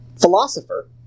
philosopher